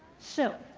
so